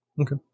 okay